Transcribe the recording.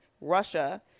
Russia